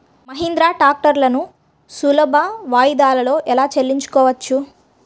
మహీంద్రా ట్రాక్టర్లను సులభ వాయిదాలలో ఎలా తీసుకోవచ్చు?